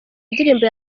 ndirimbo